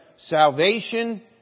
Salvation